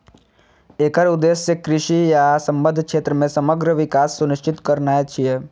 एकर उद्देश्य कृषि आ संबद्ध क्षेत्र मे समग्र विकास सुनिश्चित करनाय छियै